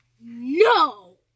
No